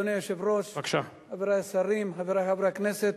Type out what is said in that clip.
אדוני היושב-ראש, חברי השרים, חברי חברי הכנסת,